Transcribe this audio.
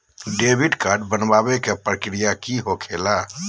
Debit card बनवाने के का प्रक्रिया होखेला?